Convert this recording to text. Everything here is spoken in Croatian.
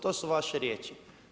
To su vaše riječi.